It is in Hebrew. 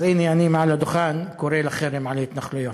אז הנה אני מעל הדוכן קורא לחרם על ההתנחלויות.